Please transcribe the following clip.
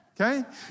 Okay